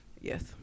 Yes